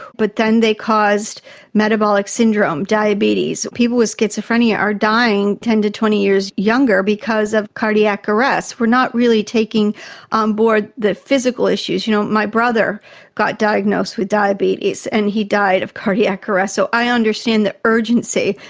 but then they caused metabolic syndrome, diabetes. so people with schizophrenia are dying ten to twenty years younger because of cardiac arrest. we're not really taking on board the physical issues. you know, my brother got diagnosed with diabetes and he died of cardiac arrest, so i understand the urgency.